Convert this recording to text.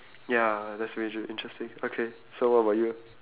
ya that's major interesting okay so what about you